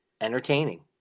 entertaining